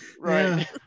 Right